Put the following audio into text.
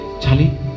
charlie